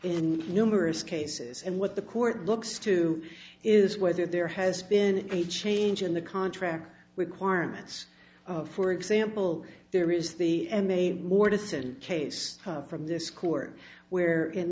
in numerous cases and what the court looks to is whether there has been a change in the contract requirements of for example there is the m a more distant case from this court where in